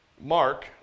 Mark